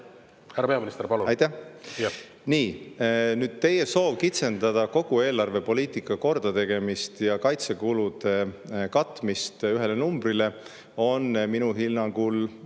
Nii. Teie soov kitsendada kogu eelarvepoliitika kordategemine ja kaitsekulude katmine üheks numbriks on minu hinnangul